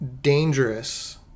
dangerous